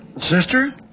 sister